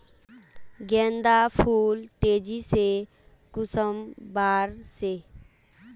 गेंदा फुल तेजी से कुंसम बार से?